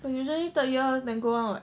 but usually third year then go [one] [what]